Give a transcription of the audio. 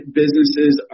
businesses